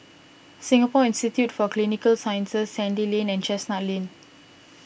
Singapore Institute for Clinical Sciences Sandy Lane and Chestnut Lane